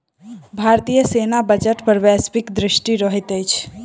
भारतीय सेना बजट पर वैश्विक दृष्टि रहैत अछि